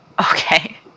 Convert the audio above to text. Okay